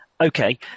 Okay